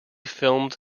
filmed